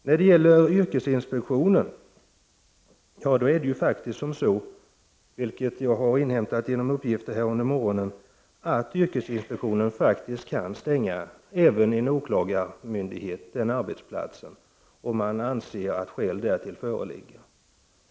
När det gäller yrkesinspektionen är det faktiskt så, enligt uppgifter jag har inhämtat under morgonen, att yrkesinspektionen kan stänga en åklagarmyndighet om det anses att skäl därtill föreligger.